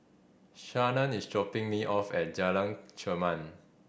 Shannan is dropping me off at Jalan Chermat